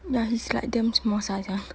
ya she's like damn small size sia